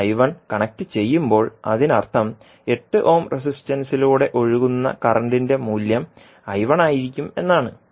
നിങ്ങൾ കണക്റ്റുചെയ്യുമ്പോൾ അതിനർത്ഥം 8 ഓം റെസിസ്റ്റൻസിലൂടെ ഒഴുകുന്ന കറന്റിന്റെ മൂല്യം ആയിരിക്കും എന്നാണ്